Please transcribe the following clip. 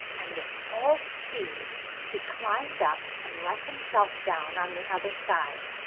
and with all speed he climbed up and let himself down on the other side.